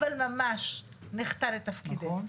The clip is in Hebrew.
אבל ממש נחטא לתפקידנו.